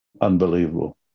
Unbelievable